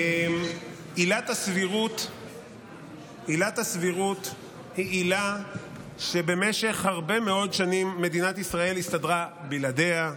עילת הסבירות היא עילה שבמשך הרבה מאוד שנים מדינת ישראל הסתדרה בלעדיה.